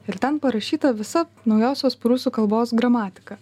ir ten parašyta visa naujosios prūsų kalbos gramatika